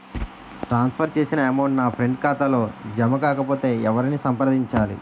ట్రాన్స్ for చేసిన amount నా friend ఖాతాలో జమ కాకపొతే ఎవరిని సంప్రదించాలి?